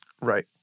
Right